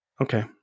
Okay